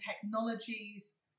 technologies